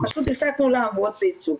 פשוט הפסקנו לעבוד בייצוא,